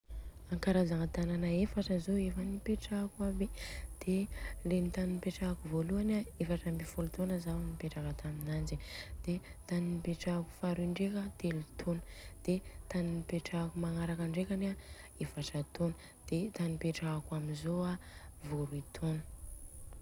Karazagna tanana efatra zô efa nipetrahako aby, de le tany nipetrahako voaloany an efatra ambiny folo taona, de tany nipetrahako faha roy ndreka a telo taona, de tany nipetrahako magnaraka ndrekany an efatra taona, de tany ipetrahako amzô a vô roy taona.